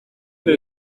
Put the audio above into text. buri